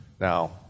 Now